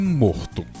morto